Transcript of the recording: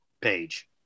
page